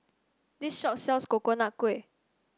this shop sells Coconut Kuih